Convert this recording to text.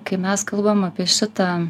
kai mes kalbam apie šitą